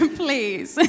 please